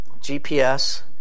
GPS